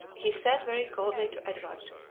he said very coldly to edward,